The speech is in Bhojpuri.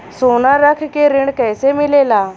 सोना रख के ऋण कैसे मिलेला?